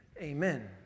Amen